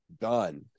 done